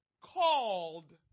called